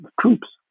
troops